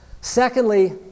Secondly